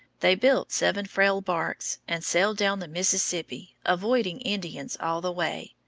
they built seven frail barks and sailed down the mississippi, avoiding indians all the way,